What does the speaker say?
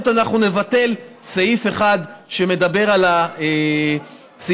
אנחנו נבטל סעיף אחד שמדבר על הסעיפים,